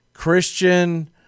Christian